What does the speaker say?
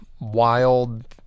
wild